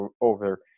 over